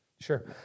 Sure